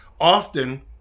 Often